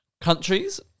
countries